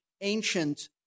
ancient